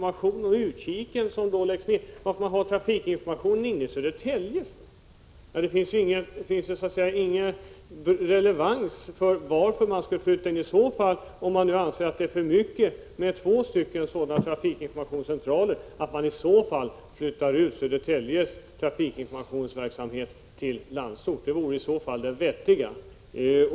Men varför skulle man ha trafikinformation inne i Södertälje? Det är varken rim eller reson i det. Om man anser att det är för mycket med två trafikinformationscentraler kunde man flytta ut Södertäljes trafikinformationsverksamhet till Landsort. Det vore i så fall det vettiga.